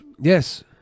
Yes